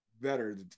better